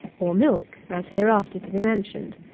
or milk, as hereafter to be mentioned.